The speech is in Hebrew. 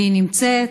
והיא נמצאת.